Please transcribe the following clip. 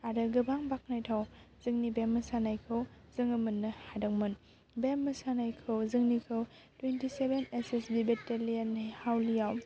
आरो गोबां बाख्नायथाव जोंनि बे मोसानायखौ जोङो मोननो हादोंमोन बे मोसानायखौ जोंनिखौ टुवेन्टिसेभेन एस एस बि बेटेलियननि हाउलिआव